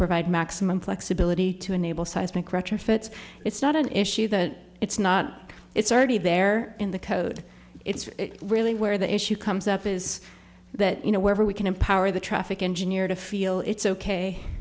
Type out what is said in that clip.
provide maximum flexibility to enable seismic retrofits it's not an issue that it's not it's already there in the code it's really where the issue comes up is that you know where we can empower the traffic engineer to feel it's ok